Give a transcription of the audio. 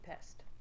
pissed